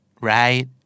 Right